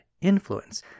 influence